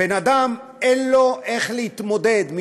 בן-אדם אין לו איך להתמודד,